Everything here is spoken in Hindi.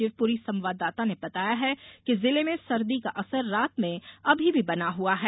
शिवपुरी संवाददाता ने बताया है कि जिले में सर्दी का असर रात में अभी भी बना हुआ है